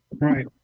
right